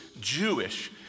Jewish